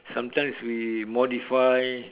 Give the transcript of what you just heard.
sometimes we modify